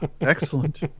Excellent